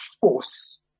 force